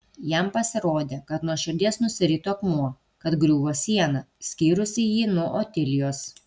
jam pasirodė kad nuo širdies nusirito akmuo kad griuvo siena skyrusi jį nuo otilijos